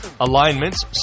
Alignments